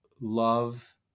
love